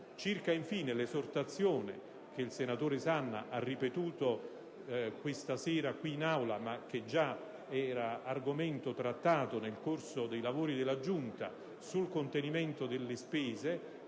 Circa, infine, l'esortazione che il senatore Sanna ha ripetuto questa sera qui in Aula - ma che era argomento già trattato nel corso dei lavori della Giunta - al contenimento delle spese,